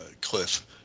cliff